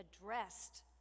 addressed